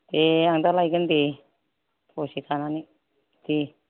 दे आं दा लायगोन दे दसे थानानै दे